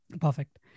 Perfect